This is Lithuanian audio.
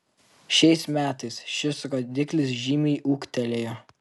šiais metais šis rodiklis žymiai ūgtelėjo